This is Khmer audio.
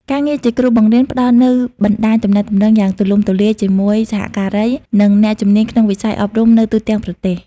ការងារជាគ្រូបង្រៀនផ្តល់នូវបណ្តាញទំនាក់ទំនងយ៉ាងទូលំទូលាយជាមួយសហការី និងអ្នកជំនាញក្នុងវិស័យអប់រំនៅទូទាំងប្រទេស។